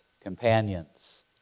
companions